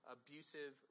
abusive